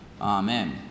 Amen